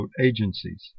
agencies